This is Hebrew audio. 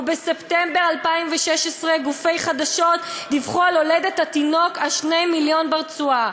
ובספטמבר 2016 גופי חדשות דיווחו על הולדת התינוק ה-2 מיליון ברצועה.